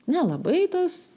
nelabai tas